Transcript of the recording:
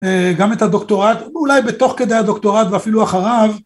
גם את הדוקטורט, אולי בתוך כדי הדוקטורט ואפילו אחריו.